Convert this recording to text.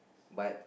but